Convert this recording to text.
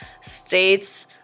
states